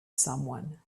someone